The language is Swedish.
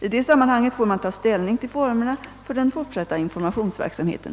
I det sammanhanget får man ta ställning till formerna för den fortsatta informationsverksamheten.